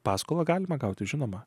paskolą galima gauti žinoma